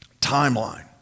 timeline